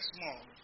Small